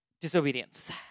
Disobedience